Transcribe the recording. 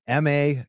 Ma